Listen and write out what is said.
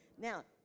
Now